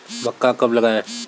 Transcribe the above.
मक्का कब लगाएँ?